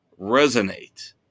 resonate